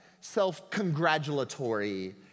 self-congratulatory